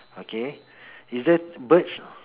okay is that birds